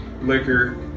liquor